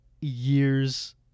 years